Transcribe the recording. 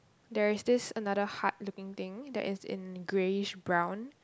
there is this another hut looking thing that is in greyish brown